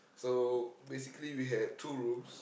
so basically we had two rooms